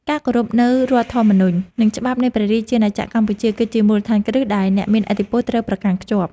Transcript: ការគោរពនូវរដ្ឋធម្មនុញ្ញនិងច្បាប់នៃព្រះរាជាណាចក្រកម្ពុជាគឺជាមូលដ្ឋានគ្រឹះដែលអ្នកមានឥទ្ធិពលត្រូវប្រកាន់ខ្ជាប់។